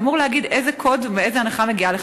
אמור להגיד איזה קוד ואיזו הנחה מגיעה לך,